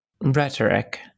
rhetoric